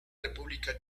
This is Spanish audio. república